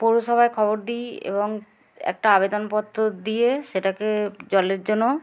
পৌরসভায় খবর দিই এবং একটা আবেদনপত্র দিয়ে সেটাকে জলের জন্য